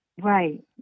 Right